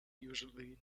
usually